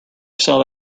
saw